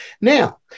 Now